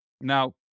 Now